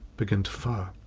begin to fire.